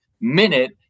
minute